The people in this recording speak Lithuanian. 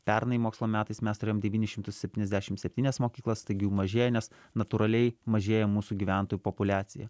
pernai mokslo metais mes turėjom devynis šimtus septyniasdešim septynias mokyklas taigi jų mažėja nes natūraliai mažėja mūsų gyventojų populiacija